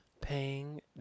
paying